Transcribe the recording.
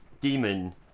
demon